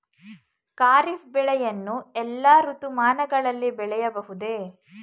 ಖಾರಿಫ್ ಬೆಳೆಯನ್ನು ಎಲ್ಲಾ ಋತುಮಾನಗಳಲ್ಲಿ ಬೆಳೆಯಬಹುದೇ?